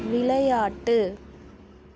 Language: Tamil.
விளையாட்டு